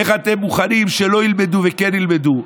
איך אתם מוכנים שלא ילמדו וכן ילמדו?